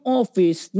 office